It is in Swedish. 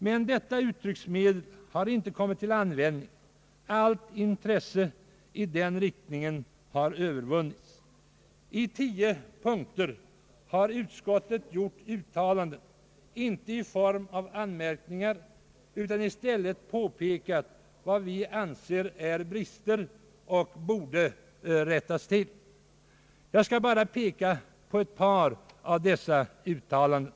Men de uttrycksmedlen har inte kommit till användning; allt intresse i den riktningen har övervunnits. I tio punkter har utskottet i stället gjort uttalanden, som inte har formen av anmärkningar, om sådant som vi anser vara brister och som borde rättas till. Jag skall bara peka på ett par av dessa uttalanden.